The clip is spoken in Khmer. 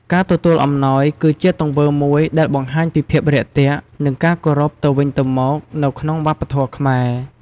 ការទទួលអំណោយគឺជាទង្វើមួយដែលបង្ហាញពីភាពរាក់ទាក់ និងការគោរពទៅវិញទៅមកនៅក្នុងវប្បធម៌ខ្មែរ។